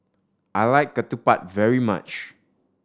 I like ketupat very much